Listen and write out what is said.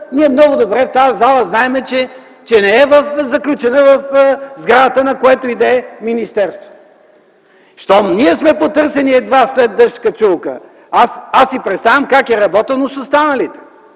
ние много добре в тази зала знаем, че не е заключена в сградата на което и да е министерство. Щом ние сме потърсени едва след дъжд качулка, аз си представям как е работено с останалите.